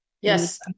Yes